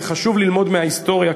וחשוב ללמוד מההיסטוריה,